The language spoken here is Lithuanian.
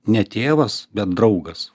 ne tėvas bet draugas